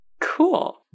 Cool